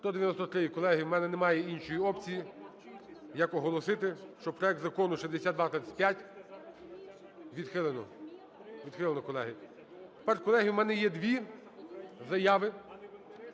в мене немає іншої опції як оголосити, що проект Закону 6235 відхилено. Відхилено, колеги. Тепер, колеги,